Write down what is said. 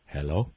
Hello